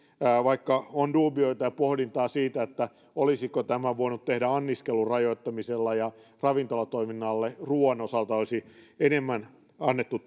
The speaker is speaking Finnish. vaikka on duubioita ja pohdintaa siitä olisiko tämän voinut tehdä anniskelun rajoittamisella ja ravintolatoiminnalle ruoan osalta olisi enemmän annettu